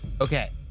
Okay